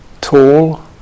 tall